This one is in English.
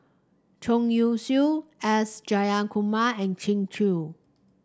Chong Ying Siew S Jayakumar and Kin Chui